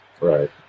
right